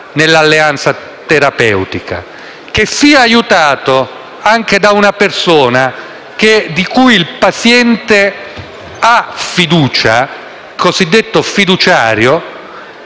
nell'alleanza terapeutica; che sia aiutato anche da una persona, di cui il paziente ha fiducia, il cosiddetto fiduciario,